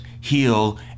heal